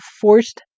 forced